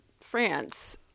France